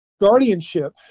guardianship